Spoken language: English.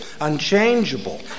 unchangeable